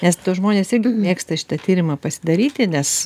nes žmonės irgi mėgsta šitą tyrimą pasidaryti nes